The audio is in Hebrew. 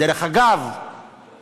דרך אגב,